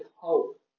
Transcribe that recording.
hope